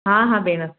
हा हा भेण